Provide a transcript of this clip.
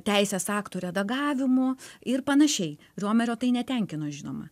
teisės aktų redagavimu ir panašiai riomerio tai netenkino žinoma